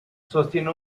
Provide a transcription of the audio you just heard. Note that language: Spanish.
sostiene